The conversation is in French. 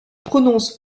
prononce